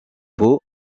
peau